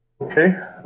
okay